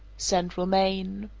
central maine.